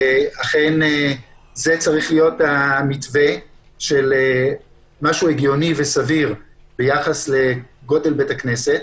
שזה צריך להיות המתווה של משהו הגיוני וסביר ביחס לגודל בית הכנסת.